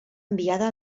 enviada